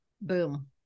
Boom